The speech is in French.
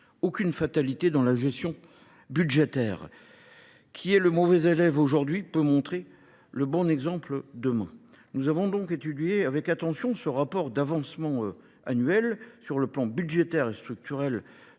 aucune fatalité dans la gestion budgétaire. Qui est le mauvais élève aujourd'hui peut montrer le bon exemple demain. Nous avons donc étudié avec attention ce rapport d'avancement annuel sur le plan budgétaire et structurel